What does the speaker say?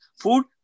food